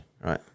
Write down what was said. Right